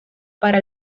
para